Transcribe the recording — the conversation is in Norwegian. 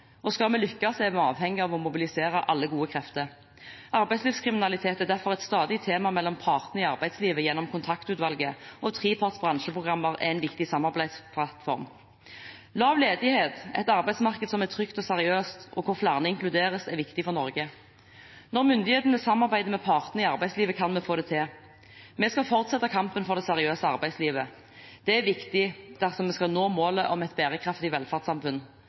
og skal vi lykkes, er vi avhengige av å mobilisere alle gode krefter. Arbeidslivskriminalitet er derfor et stadig tema mellom partene i arbeidslivet gjennom Kontaktutvalget, og treparts bransjeprogrammer er en viktig samarbeidsplattform. Lav ledighet, et arbeidsmarked som er trygt og seriøst og hvor flere inkluderes, er viktig for Norge. Når myndighetene samarbeider med partene i arbeidslivet, kan vi få det til. Vi skal fortsette kampen for det seriøse arbeidslivet. Det er viktig dersom vi skal nå målet om et bærekraftig velferdssamfunn